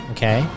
Okay